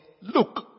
Look